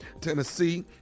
Tennessee